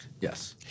yes